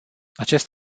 acest